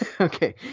okay